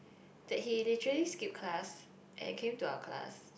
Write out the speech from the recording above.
that he literally skipped class and came to our class